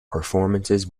performances